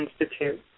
Institute